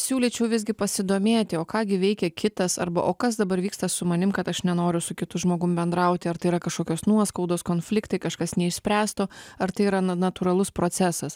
siūlyčiau visgi pasidomėti o ką gi veikia kitas arba o kas dabar vyksta su manim kad aš nenoriu su kitu žmogum bendrauti ar tai yra kažkokios nuoskaudos konfliktai kažkas neišspręsto ar tai yra na natūralus procesas